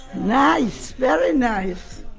nice, very nice